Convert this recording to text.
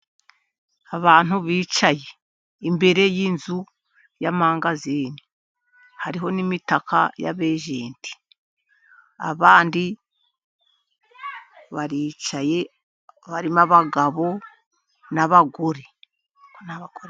Abantu bicaye imbere y'inzu y'amangazini, hariho ni imitaka y'abageti abandi baricaye, barimo abagabo n'abagore.